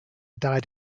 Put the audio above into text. died